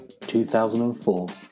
2004